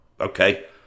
okay